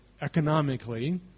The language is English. economically